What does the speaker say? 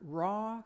raw